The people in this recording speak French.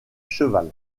cheval